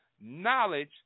knowledge